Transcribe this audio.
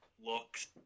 looks